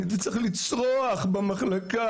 הייתי צריך לצרוח במחלקה,